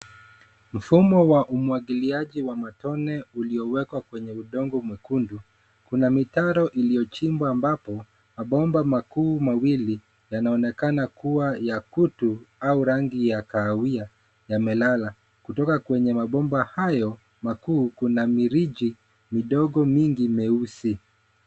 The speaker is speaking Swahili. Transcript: Mfumo wa umwagiliaji wa matone uliowekwa kwenye udongo mwekundu. Kuna mitaro iliyochimbwa ambapo mabomba makuu mawili yanaonekana kuwa ya kutu au rangi ya kahawia yamelala. Kutoka kwenye mabomba hayo makuu kuna mirija midogo mingi meusi.